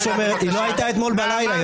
מי אתה בכלל?